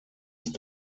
ist